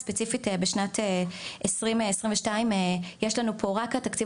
ספציפית בשנת 2022 יש לנו פה רק את התקציב